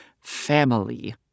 family